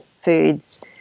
foods